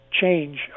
change